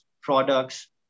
products